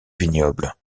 vignobles